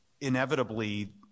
Inevitably